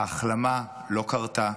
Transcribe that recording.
ההחלמה לא קרתה.